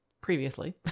previously